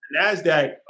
NASDAQ